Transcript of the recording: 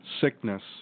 sickness